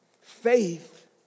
Faith